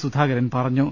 സുധാകരൻ പറഞ്ഞു